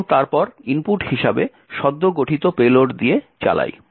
এবং তারপর ইনপুট হিসাবে সদ্য গঠিত পেলোড দিয়ে চালাই